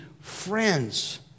friends